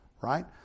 right